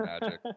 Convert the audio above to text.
magic